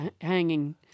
hanging